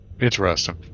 Interesting